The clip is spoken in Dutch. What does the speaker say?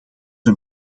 een